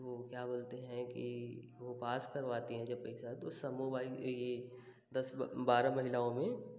वो क्या बोलते हैं कि वो पास करवाती हैं जब पैसा तो समूह वाई ई दस बारह महिलाओं में